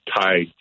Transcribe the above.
tied